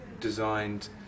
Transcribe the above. designed